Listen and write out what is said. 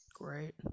great